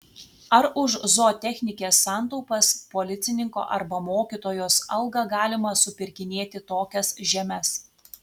ar už zootechnikės santaupas policininko arba mokytojos algą galima supirkinėti tokias žemes